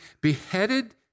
beheaded